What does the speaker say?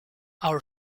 our